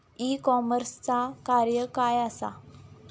E कॉमर्सचा कार्य काय असा?